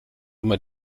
immer